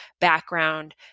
background